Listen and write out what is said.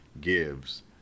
gives